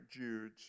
Judes